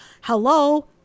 Hello